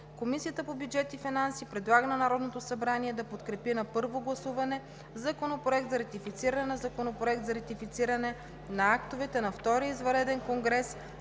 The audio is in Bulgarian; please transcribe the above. Комисията по бюджет и финанси предлага на Народното събрание да подкрепи на първо гласуване Законопроект за ратифициране на актовете на Втория извънреден конгрес